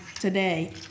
today